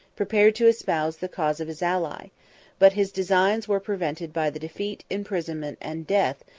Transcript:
prepared to espouse the cause of his ally but his designs were prevented by the defeat, imprisonment, and death,